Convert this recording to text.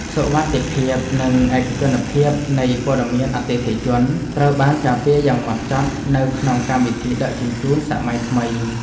សុវត្ថិភាពនិងឯកជនភាពនៃព័ត៌មានអតិថិជនត្រូវបានការពារយ៉ាងម៉ត់ចត់នៅក្នុងកម្មវិធីដឹកជញ្ជូនសម័យថ្មី។